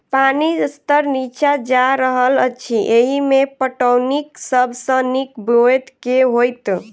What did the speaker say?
पानि स्तर नीचा जा रहल अछि, एहिमे पटौनीक सब सऽ नीक ब्योंत केँ होइत?